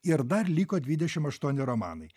ir dar liko dvidešimt aštuoni romanai